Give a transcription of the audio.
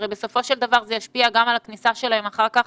הרי בסופו של דבר זה ישפיע גם על הכניסה שלהם אחר כך